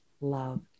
love